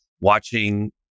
watching